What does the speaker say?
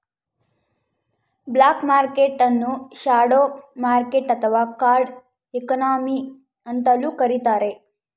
block market ನ್ನು shadow market ಅಥವಾ dark economy ಅಂತಲೂ ಕರಿತಾರೆ